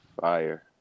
Fire